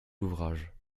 l’ouvrage